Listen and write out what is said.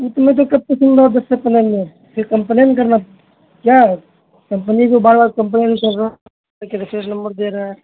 یہ تو کب سے سن رہا ہوں دس سے پندرہ منٹ پھر کمپلین کرنا کیا کمپنی کو بار کمپنی میں کمپلین کر رہا ہوں ایک ہی نمبر دے رہا ہے